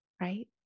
right